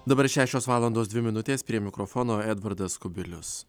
dabar šešios valandos dvi minutės prie mikrofono edvardas kubilius